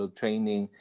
training